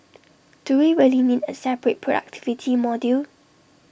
do we really need A separate productivity module